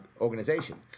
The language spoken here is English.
organization